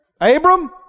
Abram